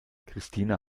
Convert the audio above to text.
christina